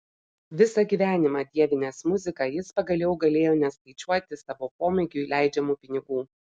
visą gyvenimą dievinęs muziką jis pagaliau galėjo neskaičiuoti savo pomėgiui leidžiamų pinigų